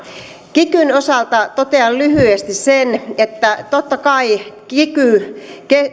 kikyn osalta totean lyhyesti sen että totta kai